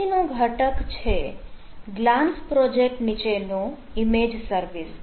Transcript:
પછીનો ઘટક છે ગ્લાન્સ પ્રોજેક્ટ નીચેનો ઈમેજ સર્વિસ